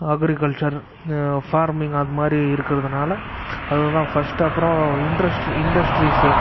agriculture farming அது மாதிரி இருக்கிறதுனால அதுதான் ஃபஸ்ட்டு அப்புறம் இண்ட்ரஸ் இண்டஸ்ட்ரீஸு